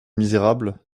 misérable